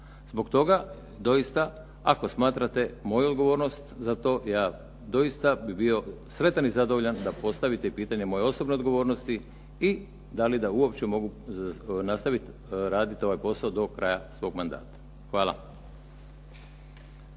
Zbog toga doista ako smatrate moju odgovornost za to ja doista bi bio sretan i zadovoljan da postavite i pitanje moje osobne odgovornosti i da li da uopće mogu nastaviti raditi ovaj posao do kraja svog mandata. Hvala.